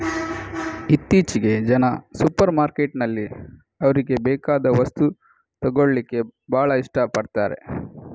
ಇತ್ತೀಚೆಗೆ ಜನ ಸೂಪರ್ ಮಾರ್ಕೆಟಿನಲ್ಲಿ ಅವ್ರಿಗೆ ಬೇಕಾದ ವಸ್ತು ತಗೊಳ್ಳಿಕ್ಕೆ ಭಾಳ ಇಷ್ಟ ಪಡ್ತಾರೆ